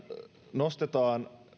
nostetaan